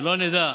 שלא נדע,